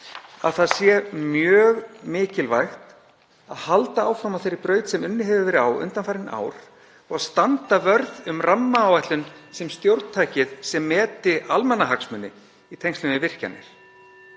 að það sé mjög mikilvægt að halda áfram á þeirri braut sem unnið hefur verið á undanfarin ár og standa vörð um rammaáætlun sem stjórntækið sem meti almannahagsmuni í tengslum við virkjanir.